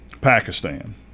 Pakistan